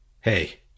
hey